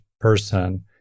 person